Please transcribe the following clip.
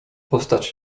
postać